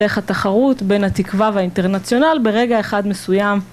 איך התחרות בין התקווה והאינטרנציונל ברגע אחד מסוים.